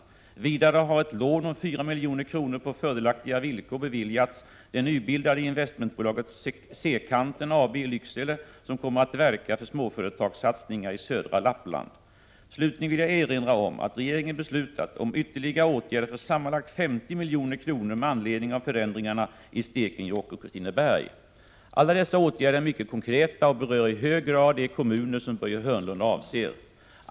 Vidare har ett lån om 4 milj.kr. på fördelaktiga villkor beviljats det nybildade investmentbolaget Sekanten AB i Lycksele, som kommer att verka för småföretagssatsningar i södra Lappland. Slutligen vill jag erinra om att regeringen beslutat om ytterligare åtgärder för sammanlagt 50 milj.kr. med anledning av förändringarna i Stekenjokk och Kristineberg. Alla dessa åtgärder är mycket konkreta och berör i hög grad de kommuner som Börje Hörnlund avser.